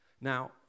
Now